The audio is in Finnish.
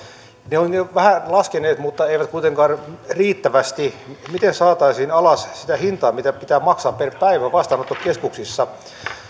ne ovat jo vähän laskeneet mutta eivät kuitenkaan riittävästi miten saataisiin alas sitä hintaa mitä pitää maksaa per päivä vastaanottokeskuksissa